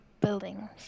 buildings